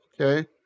okay